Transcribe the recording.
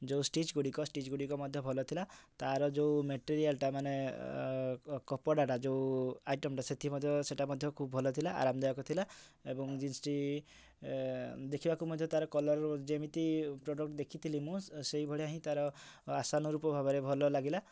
ଯୋଉ ଷ୍ଟିଚ୍ଗୁଡ଼ିକ ଷ୍ଟିଚ୍ଗୁଡ଼ିକ ମଧ୍ୟ ଭଲ ଥିଲା ତା'ର ଯୋଉ ମେଟେରିଆଲ୍ଟା ମାନେ କପଡ଼ାଟା ଯେଉଁ ଆଇଟମ୍ଟା ସେଥିମଧ୍ୟ ସେଇଟା ମଧ୍ୟ ଖୁବ୍ ଭଲ ଥିଲା ଆରାମଦାୟକ ଥିଲା ଏବଂ ଜିନ୍ସଟି ଦେଖିବାକୁ ମଧ୍ୟ ତାର କଲର୍ ଯେମିତି ପ୍ରଡ଼କ୍ଟ ଦେଖିଥିଲି ମୁଁ ସେହିଭଳିଆ ହିଁ ତାର ଆଶାନୁରୂପ ଭାବରେ ଭଲ ଲାଗିଲା